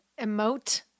emote